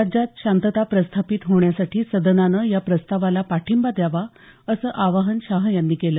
राज्यात शांतता प्रस्थापित होण्यासाठी सदनानं या प्रस्तावाला पाठिंबा द्यावा असं आवाहन शहा यांनी केलं